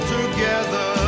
together